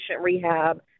rehab